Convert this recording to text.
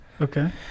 okay